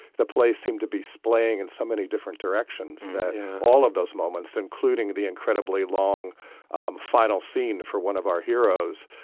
the play seem to be splitting in so many different directions that all of those moments, including the incredibly long final scene for one of our heroes,